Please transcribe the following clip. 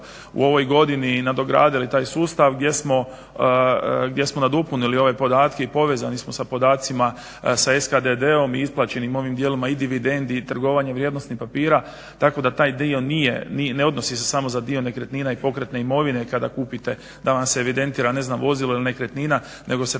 u ovoj godini nadogradili taj sustav gdje smo nadopunili ove podatke i povezani smo sa podacima sa SKDD-om i isplaćenim ovim dijelovima i dividendi i trgovanje vrijednosnih papira tako da taj dio ne odnosi se samo za dio nekretnina i pokretne imovine kada kupite da vam se evidentira ne znam vozilo ili nekretnina nego se